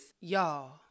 y'all